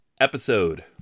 episode